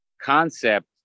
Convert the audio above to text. concept